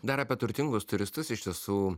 dar apie turtingus turistus iš tiesų